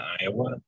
Iowa